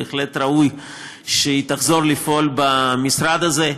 בהחלט ראוי שהיא תחזור לפעול במשרד הזה.